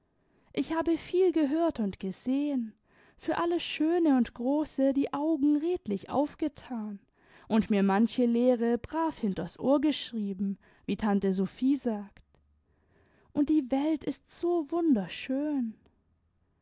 ich habe viel gehört und gesehen für alles schöne und große die augen redlich aufgethan und mir manche lehre brav hinters ohr geschrieben wie tante sophie sagt und die welt ist so wunderschön